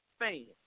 fan